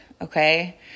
okay